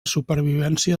supervivència